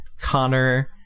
Connor